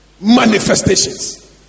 Manifestations